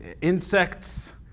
insects